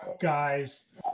guys